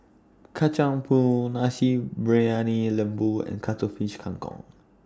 Kacang Pool Nasi Briyani Lembu and Cuttlefish Kang Kong